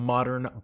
Modern